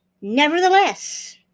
Nevertheless